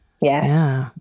Yes